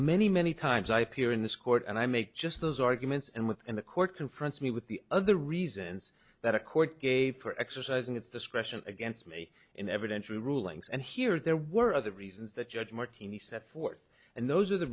many many times i peer in this court and i make just those arguments and within the court confronts me with the other reasons that a court gave for exercising its discretion against me in evidence or rulings and here there were other reasons that judge martini set forth and those are the